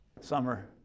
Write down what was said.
Summer